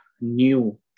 new